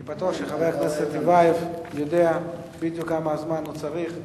אני בטוח שחבר הכנסת טיבייב יודע בדיוק כמה זמן הוא צריך.